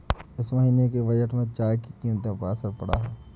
इस महीने के बजट में चाय की कीमतों पर असर पड़ा है